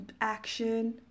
action